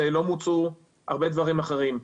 לא מוצו הרבה דברים אחרים.